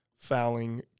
fouling